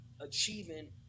achieving